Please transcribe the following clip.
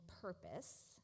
purpose